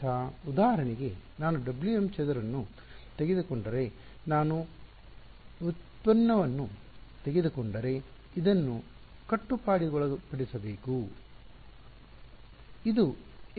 ಉದಾಹರಣೆಗೆ ನಾನು W m ಚದರವನ್ನು ತೆಗೆದುಕೊಂಡರೆ ಮತ್ತು ನಾನು ವ್ಯುತ್ಪನ್ನವನ್ನು ತೆಗೆದುಕೊಂಡರೆ ಇದನ್ನು ಕಟ್ಟುಪಾಡಿಗೊಳ ಪಡಿಸಬೇಕುಇದನ್ನು ಸರಿ ಮಾಡಬೇಕು